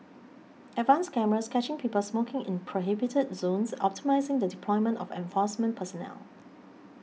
advanced cameras catching people smoking in prohibited zones optimising the deployment of enforcement personnel